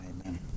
Amen